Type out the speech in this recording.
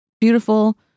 beautiful